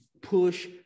push